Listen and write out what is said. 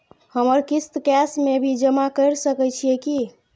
हमर किस्त कैश में भी जमा कैर सकै छीयै की?